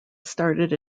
started